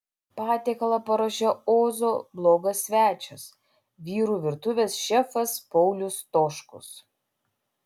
patiekalą paruošė ozo blogo svečias vyrų virtuvės šefas paulius stoškus